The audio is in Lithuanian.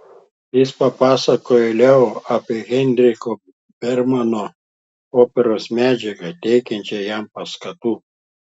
jis papasakojo leo apie heinricho bermano operos medžiagą teikiančią jam paskatų